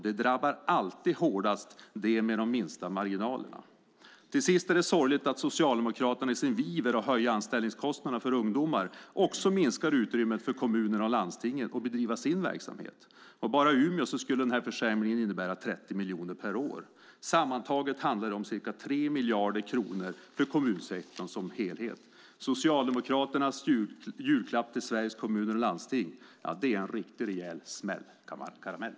Det drabbar alltid hårdast dem med de minsta marginalerna. Till sist är det sorgligt att Socialdemokraterna i sin iver att höja anställningskostnaderna för ungdomar också minskar utrymmet för kommunerna och landstingen att bedriva sin verksamhet. Bara i Umeå skulle försämringen innebära 30 miljoner per år. Sammantaget handlar det om ca 3 miljarder kronor för kommunsektorn som helhet. Socialdemokraternas julklapp till Sveriges Kommuner och Landsting är en riktig och rejäl smällkaramell.